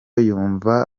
yumva